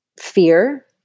fear